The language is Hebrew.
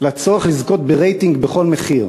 לצורך לזכות ברייטינג בכל מחיר?